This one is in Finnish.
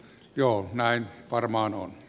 joo näin varmaan on